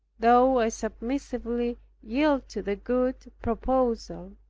though i submissively yielded to the good proposal,